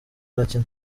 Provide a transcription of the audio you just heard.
arakina